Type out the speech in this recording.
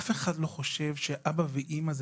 אף אחד לא חושב שאבא ואימא זה